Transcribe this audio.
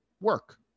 work